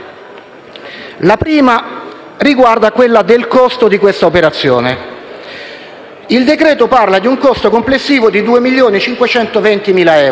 La prima riguarda il costo di questa operazione. Il decreto-legge parla di un costo complessivo di 2.520.000 euro,